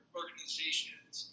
organizations